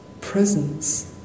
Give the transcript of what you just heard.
presence